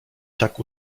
tak